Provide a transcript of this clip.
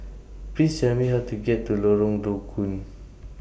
Please Tell Me How to get to Lorong Low Koon